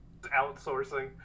Outsourcing